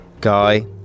guy